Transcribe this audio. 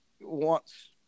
wants